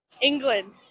England